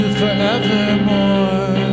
forevermore